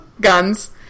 guns